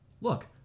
look